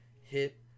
hit